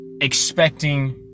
expecting